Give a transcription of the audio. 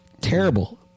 Terrible